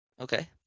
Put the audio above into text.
Okay